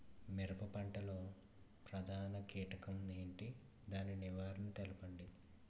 మిరప పంట లో ప్రధాన కీటకం ఏంటి? దాని నివారణ తెలపండి?